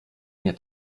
mnie